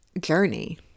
journey